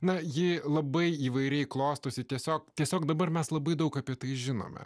na ji labai įvairiai klostosi tiesiog tiesiog dabar mes labai daug apie tai žinome